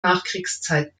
nachkriegszeit